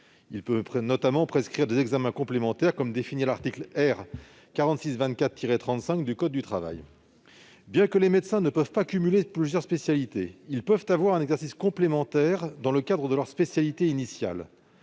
Il peut notamment prescrire des examens complémentaires dans le cadre de l'article R. 4624-35 du code du travail. Bien que les médecins ne puissent pas cumuler plusieurs spécialités, ils peuvent avoir un exercice complémentaire dans le cadre de leur spécialité initiale.